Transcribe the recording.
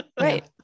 Right